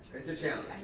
it's a challenge,